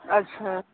अच्छा